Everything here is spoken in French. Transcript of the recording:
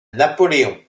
napoléon